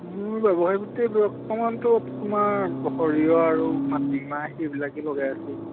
মোৰ ব্যৱসায়ত বৰ্তমানটো আপোনাৰ সৰিয়হ আৰু মাটিমাহ সেইবিলাকে লগাই আছোঁ